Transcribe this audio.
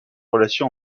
relations